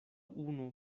unu